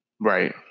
Right